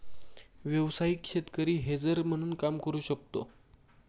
व्यावसायिक शेतकरी हेजर म्हणून काम करू शकतो